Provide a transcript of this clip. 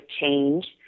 change